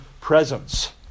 presence